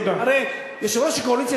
הרי יושב-ראש הקואליציה,